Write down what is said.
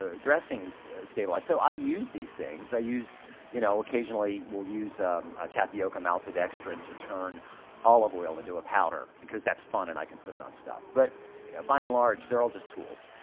ah dressings stable. so i use these things. i use you know occasionally we'll use a tapioca maltodextrin to turn olive oil into a powder because that's fun and i can put it on stuff. but by and large they're all just tools.